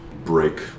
Break